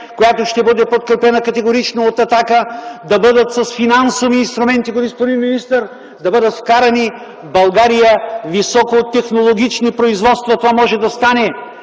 която ще бъде подкрепена категорично от Атака, да бъдат с финансови инструменти, с които, господин министър, да бъдат вкарани в България високотехнологични производства. Това може да стане.